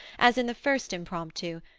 as in the first impromptu,